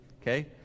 okay